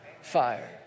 fire